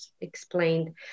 explained